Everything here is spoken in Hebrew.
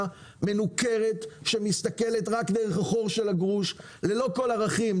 מנוכרת שמסתכלת רק דרך החור של הגרוש ללא כל ערכים,